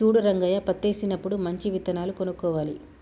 చూడు రంగయ్య పత్తేసినప్పుడు మంచి విత్తనాలు కొనుక్కోవాలి